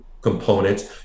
components